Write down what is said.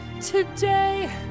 today